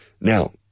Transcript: Now